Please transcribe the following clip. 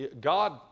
God